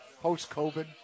post-covid